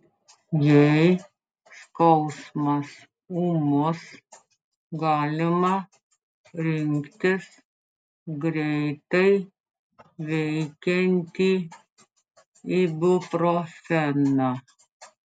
jei skausmas ūmus galima rinktis greitai veikiantį ibuprofeną